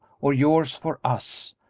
or yours for us,